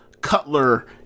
Cutler